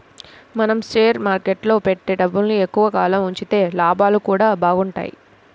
మనం షేర్ మార్కెట్టులో పెట్టే డబ్బుని ఎక్కువ కాలం ఉంచితే లాభాలు గూడా బాగుంటయ్